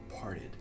parted